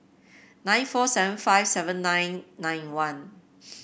eight four seven five seven nine nine one